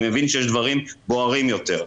אני מבין שיש דברים בוערים יותר,